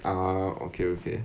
ah okay okay